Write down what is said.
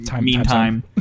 meantime